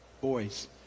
boys